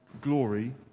glory